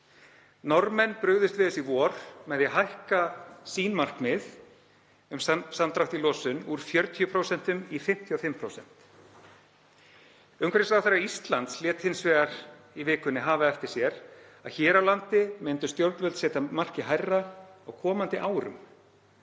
Norðmenn brugðust við þessu í vor með því að hækka markmið sín um samdrátt í losun úr 40% í 55%. Umhverfisráðherra Íslands lét hins vegar í vikunni hafa eftir sér að hér á landi myndu stjórnvöld setja markið hærra „á komandi árum“.